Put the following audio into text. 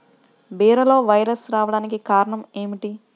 బీరలో వైరస్ రావడానికి కారణం ఏమిటి?